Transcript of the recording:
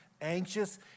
anxious